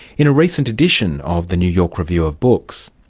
in a recent edition of the new york review of books.